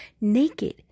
naked